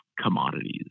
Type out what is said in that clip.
commodities